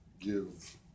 give